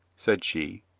said she.